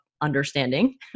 understanding